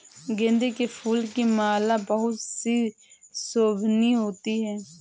गेंदे के फूल की माला बहुत ही शोभनीय होती है